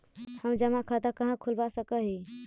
हम जमा खाता कहाँ खुलवा सक ही?